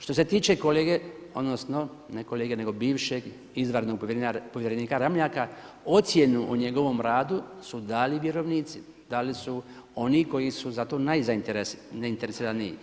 Što se tiče kolege, odnosno ne kolege, nego bivšeg izvanrednog povjerenika Ramljaka, ocjenu o njegovom radu su dali vjerovnici, dali su oni koji su za to najzainteresiraniji.